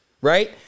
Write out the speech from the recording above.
Right